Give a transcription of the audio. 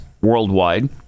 worldwide